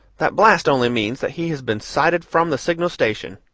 that blast only means that he has been sighted from the signal station.